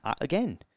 Again